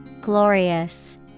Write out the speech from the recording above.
Glorious